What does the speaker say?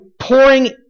pouring